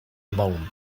blown